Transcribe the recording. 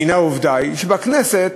הנה, עובדה היא שבבחירות לכנסת